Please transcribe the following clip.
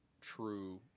true